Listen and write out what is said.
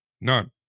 None